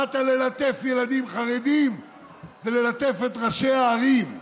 באת ללטף ילדים חרדים וללטף את ראשי הערים,